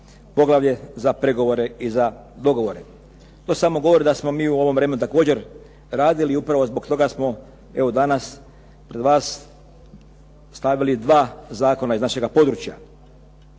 poglavlje za pregovore i za dogovore. To samo govori da smo mi u ovom vremenu također radili i upravo zbog toga smo evo danas pred vas stavili dva zakona iz našega područja.